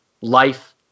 life